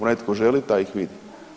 Onaj tko želi, taj ih vidi.